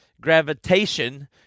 gravitation